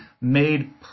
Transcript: made